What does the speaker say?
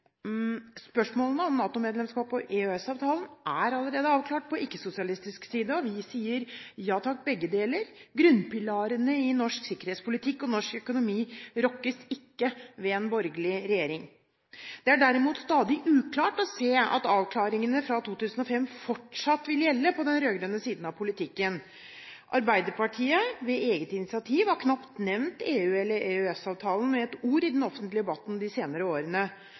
Spørsmålene om NATO-medlemskapet og EØS-avtalen er allerede avklart på ikke-sosialistisk side, og vi sier «ja takk, begge deler». Grunnpilarene i norsk sikkerhetspolitikk og norsk økonomi rokkes ikke ved en borgerlig regjering. Det er derimot stadig uklart å se om avklaringene fra 2005 fortsatt vil gjelde på den rød-grønne siden av politikken. Arbeiderpartiet har på eget initiativ knapt nevnt EU eller EØS-avtalen med et ord i den offentlige debatten de senere årene.